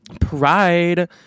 Pride